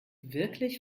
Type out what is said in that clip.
wirklich